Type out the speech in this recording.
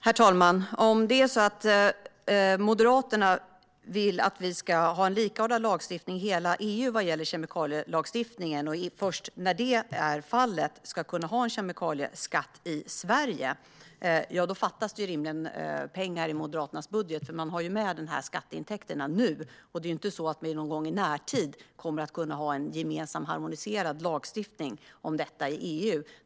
Herr talman! Om Moderaterna vill att vi ska ha en likartad lagstiftning i hela EU vad gäller kemikalielagstiftningen och att vi först när det är fallet ska kunna ha en kemikalieskatt i Sverige fattas det rimligen pengar i Moderaternas budget. Man har ju med de här skatteintäkterna nu, och vi kommer inte någon gång i närtid att kunna ha en gemensam, harmoniserad lagstiftning om detta i EU.